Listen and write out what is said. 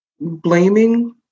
blaming